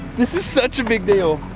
this is such a big deal.